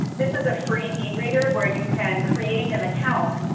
this is a free e-reader where you can create an account